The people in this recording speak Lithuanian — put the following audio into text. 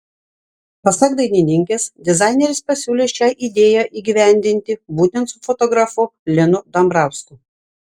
pasak dainininkės dizaineris pasiūlė šią idėją įgyvendinti būtent su fotografu linu dambrausku